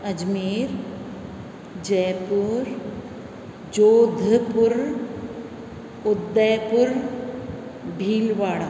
Ajmer Jaipur Jodhpur Udaipur Bhilwara